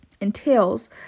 entails